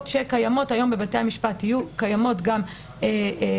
שקיימות היום בבתי המשפט יהיו קיימות גם כאן,